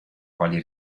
quali